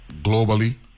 globally